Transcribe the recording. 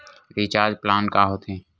Recharge plan का होथे?